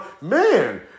Man